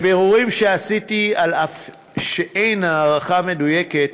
מבירורים שעשיתי, אף שאין הערכה מדויקת,